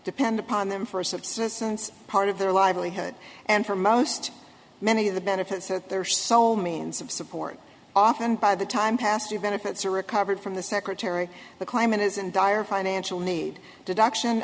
depend upon them for a subsistence part of their livelihood and for most many of the benefits to their sole means of support often by the time passed to benefits are recovered from the secretary the climate is in dire financial need